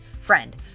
Friend